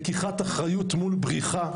לקיחת אחריות מול בריחה,